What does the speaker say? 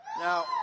Now